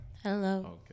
Hello